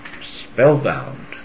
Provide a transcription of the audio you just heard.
spellbound